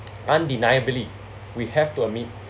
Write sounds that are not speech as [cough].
[noise] undeniably we have to admit